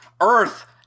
Earth